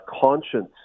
conscience